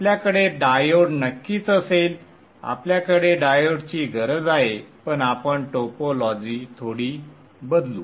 आपल्याकडे डायोड नक्कीच असेल आपल्याला डायोडची गरज आहे पण आपण टोपोलॉजी थोडी बदलू